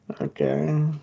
okay